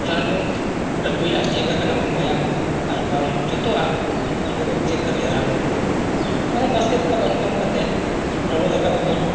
ᱨᱟᱱ ᱵᱚᱱ ᱟᱹᱜᱩᱭᱟ ᱪᱮᱠ ᱟᱠᱚ ᱵᱚᱱ ᱢᱟᱭᱟᱝ ᱠᱚ ᱟᱨ ᱵᱟᱝ ᱡᱚᱛᱚᱣᱟᱜ ᱜᱮᱵᱚᱱ ᱪᱮᱠ ᱠᱟᱛᱮᱫ ᱨᱟᱱ ᱵᱚᱱ ᱟᱹᱜᱩᱭᱟ ᱚᱱᱮ ᱵᱟᱥᱠᱮ ᱫᱟᱠᱟ ᱵᱟᱝ ᱡᱚᱢ ᱠᱟᱛᱮᱫ ᱞᱚᱞᱚ ᱫᱟᱠᱟ ᱵᱚᱱ ᱡᱚᱢᱟ